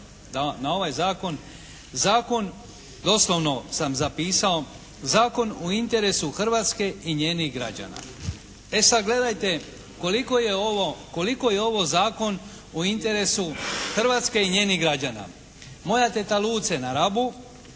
na ovaj zakon, zakon doslovno sam zapisao, zakon o interesu Hrvatske i njenih građana. E, sad gledajte koliko je ovo zakon o interesu Hrvatske i njenih građana. Moja teta Luce na Rabu